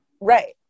Right